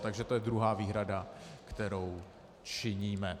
Takže to je druhá výhrada, kterou činíme.